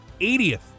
80th